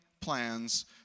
plans